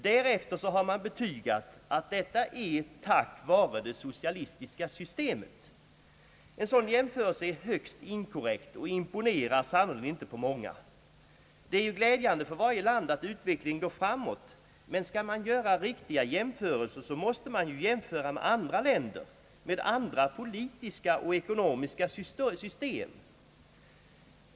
Därefter har man betygat att detta är tack vare det socialistiska systemet. En sådan jämförelse är högst inkorrekt och imponerar sannerligen inte på många. Det är ju glädjande för varje land att utvecklingen går framåt, men skall man göra riktiga jämförelser måste man jämföra med andra länder, med andra politiska och ekonomiska system.